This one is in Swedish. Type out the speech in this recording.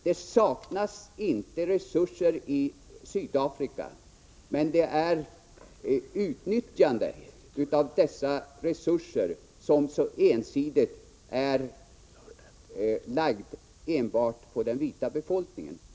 Det saknas inte resurser i Sydafrika, men utnyttjandet av dessa resurser sker mycket ensidigt från den vita befolkningen.